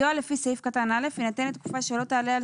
סיוע לפי סעיף קטן (א) יינתן לתקופה שלא תעלה על